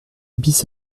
bis